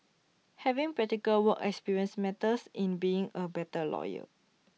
having practical work experience matters in being A better lawyer